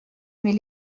mais